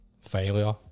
failure